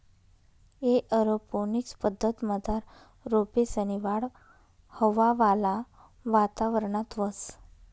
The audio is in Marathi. एअरोपोनिक्स पद्धतमझार रोपेसनी वाढ हवावाला वातावरणात व्हस